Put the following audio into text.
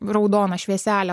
raudona švieselė